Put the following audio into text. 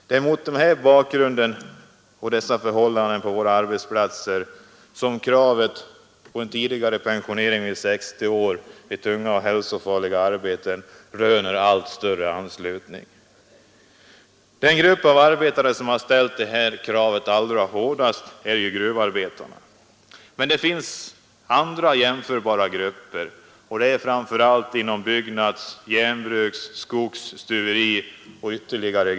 Det är mot bakgrunden av dessa förhållanden på våra arbetsplatser som kravet på en pensionering vid 60 år vid tunga och hälsofarliga arbeten röner allt större anslutning. Den grupp av arbetare som ställt detta krav allra hårdast är gruvarbetarna. Men det finns andra jämförbara grupper, t.ex. byggnadsarbetarna, järnverksarbetarna, skogsarbetarna och stuveriarbetarna.